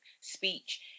speech